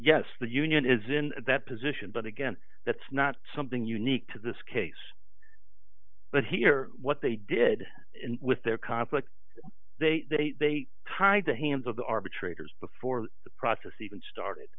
yes the union is in that position but again that's not something unique to this case but here what they did with their conflict they tied the hands of the arbitrators before the process even started